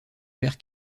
père